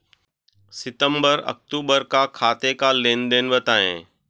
सितंबर अक्तूबर का खाते का लेनदेन बताएं